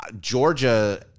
Georgia